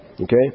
Okay